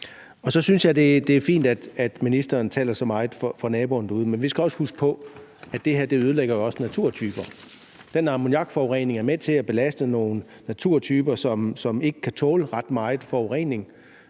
Så synes jeg, det er fint, at ministeren taler så meget for naboerne derude. Men vi skal også huske på, at det her jo også ødelægger naturtyper. Den ammoniakforurening er med til at belaste nogle naturtyper, som ikke kan tåle ret meget forurening.